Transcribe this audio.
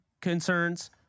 concerns